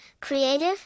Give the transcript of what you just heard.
creative